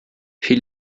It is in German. viel